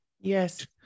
Yes